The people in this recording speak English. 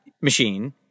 machine